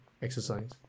exercise